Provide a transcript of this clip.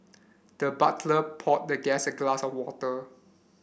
the butler poured the guest a glass of water